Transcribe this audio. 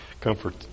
comfort